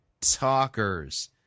talkers